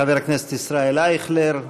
חבר הכנסת ישראל אייכלר,